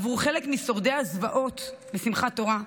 עבור חלק משורדי הזוועות בשמחת תורה,